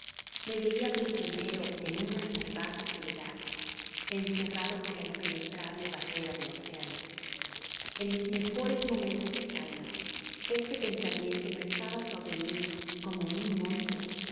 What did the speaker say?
me veia prisionero en una salvaje soledad encerrado por la impenetrable barrera del océano en mis mejores momentos de calma es te pensamiento pesaba sobre mi como un monte y